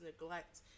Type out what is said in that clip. neglect